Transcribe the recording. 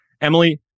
Emily